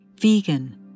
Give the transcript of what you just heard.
Vegan